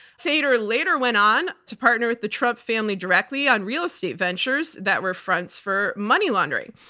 sater later went on to partner with the trump family directly on real estate ventures that were fronts for money laundering.